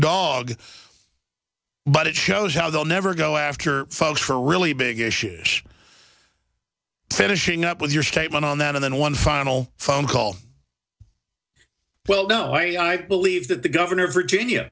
dog but it shows how they'll never go after folks for really big issues finishing up with your statement on that of then one final phone call well don't worry i believe that the governor of virginia